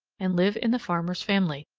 and live in the farmer's family.